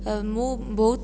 ଆଉ ମୁଁ ବହୁତ